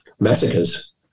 massacres